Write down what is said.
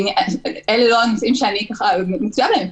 אלה לא הנושאים שאני מצויה בהם.